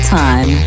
time